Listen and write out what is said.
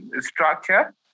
structure